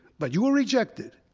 but you were rejected.